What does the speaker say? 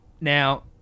Now